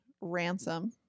ransom